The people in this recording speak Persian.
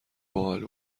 باحال